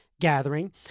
Gathering